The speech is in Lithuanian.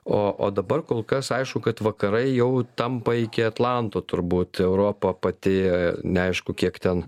o dabar kol kas aišku kad vakarai jau tampa iki atlanto turbūt europa pati neaišku kiek ten